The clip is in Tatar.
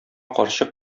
карчык